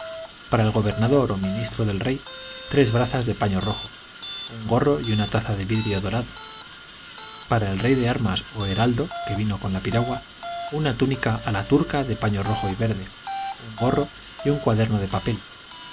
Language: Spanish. para el gobernador o ministro del rey tres brazas de paño rojo un gorro y una taza de vidrio dorado para el rey de armas o heraldo que vino con la piragua una túnica a la turca de paño rojo y verde un gorro y un cuaderno de papel